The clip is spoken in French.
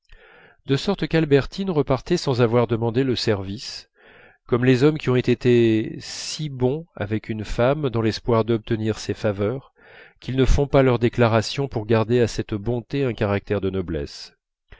de sorte qu'albertine repartait sans avoir demandé le service comme les hommes qui ont été si bons avec une femme dans l'espoir d'obtenir ses faveurs qu'ils ne font pas leur déclaration pour garder à cette bonté un caractère de noblesse